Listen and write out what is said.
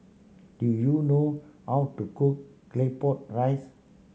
do you know how to cook Claypot Rice